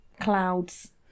clouds